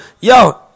yo